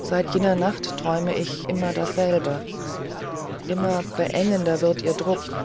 seit dieser nacht träume ich immer dasselbe immer beengender wird ihr druck